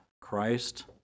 Christ